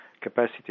capacity